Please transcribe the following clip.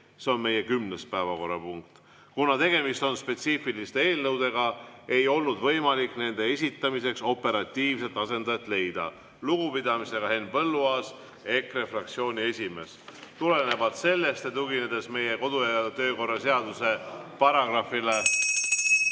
see on meie 10. päevakorrapunkt. Kuna tegemist on spetsiifiliste eelnõudega, ei olnud võimalik nende esitamiseks operatiivselt asendajat leida. Lugupidamisega Henn Põlluaas, EKRE fraktsiooni esimees." Tulenevalt sellest ja tuginedes meie kodu‑ ja töökorra seaduse §‑le